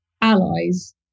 allies